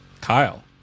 Kyle